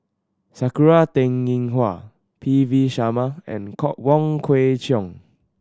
Sakura Teng Ying Hua P V Sharma and Wong Kwei Cheong